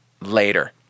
later